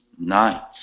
nights